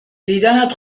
دیدنت